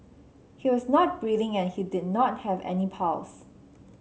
he was not breathing and he did not have any pulse